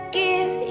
give